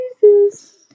jesus